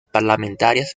parlamentarias